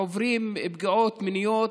עוברים פגיעות מיניות,